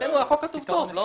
מבחינתנו החוק כתוב טוב.